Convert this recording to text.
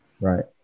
Right